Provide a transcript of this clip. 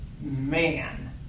man